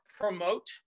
promote